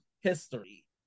history